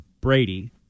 Brady